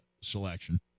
selection